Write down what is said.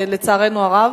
לצערנו הרב.